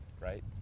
right